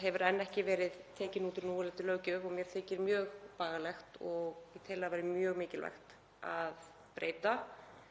hefur enn ekki verið tekinn út úr núverandi löggjöf og mér þykir það mjög bagalegt og tel mjög mikilvægt að breyta